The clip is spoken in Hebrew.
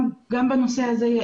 גם בנושא זה,